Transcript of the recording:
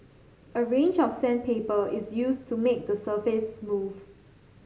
a range of sandpaper is used to make the surface smooth